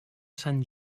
sant